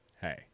Hey